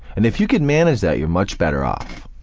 and if you can manage that, you're much better off.